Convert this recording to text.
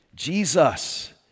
Jesus